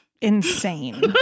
Insane